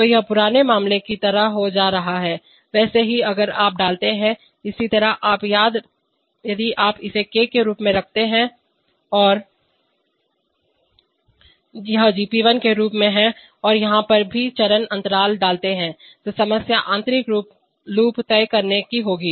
तो यह पुराने मामले की तरह होता जा रहा है वैसे ही अगर आप डालते हैं इसी तरह यदि आप इसे K के रूप में रखते हैं और यह GP1 के रूप में है और यहाँ पर सभी चरण अंतराल डालते हैं तो समस्या आंतरिक लूप तय करने की होगी